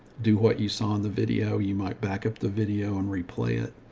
do what you saw in the video. you might back up the video and replay it,